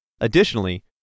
Additionally